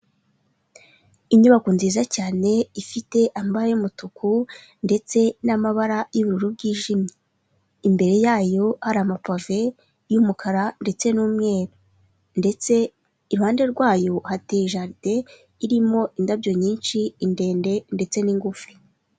Inyubako nziza cyane ifite amba y'umutuku ndetse n'amabara y'ubururu bwijimye, imbere yayo hari amapave y'umukara ndetse n'umweru, ndetse iruhande rwayo hateye jaride irimo indabyo nyinshi indende ndetse n'ingufu.